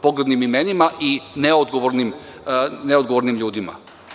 pogrdnim imenima i neodgovornim ljudima.